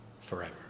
forever